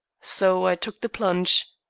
so i took the plunge.